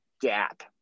gap